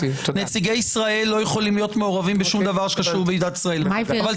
נציגי ישראל לא יכולים להיות מעורבים בשום דבר שקשור בוועידת ונציה,